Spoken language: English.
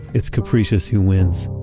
it's capricious who wins.